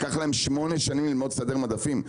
לקח להם כשמונה שנים ללמוד לסדר מדפים,